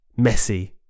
Messi